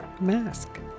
mask